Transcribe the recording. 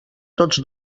tots